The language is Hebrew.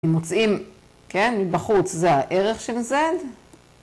אם מוצאים, כן, בחוץ זה הערך של Z.